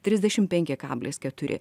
trisdešim penki kablis keturi